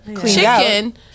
chicken